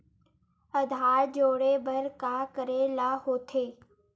आधार जोड़े बर का करे ला होथे?